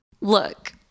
Look